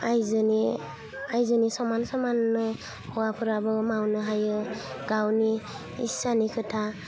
आइजोनि आइजोनि समान समान हौवाफोराबो मावनो हायो गावनि इस्सानि खोथा